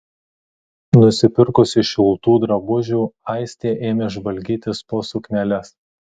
nusipirkusi šiltų drabužių aistė ėmė žvalgytis po sukneles